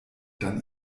dann